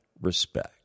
respect